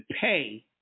pay